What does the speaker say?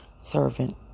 Servant